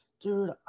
dude